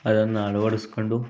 ಅದನ್ನು ಅಳವಡಿಸ್ಕೊಂಡು